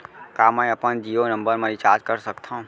का मैं अपन जीयो नंबर म रिचार्ज कर सकथव?